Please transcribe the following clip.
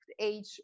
age